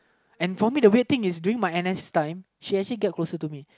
and for me the weird thing is during my N_S time she actually get closer to me